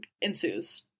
ensues